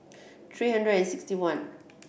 three hundred and sixty one